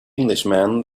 englishman